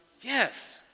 Yes